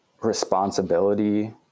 responsibility